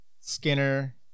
Skinner